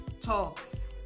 talks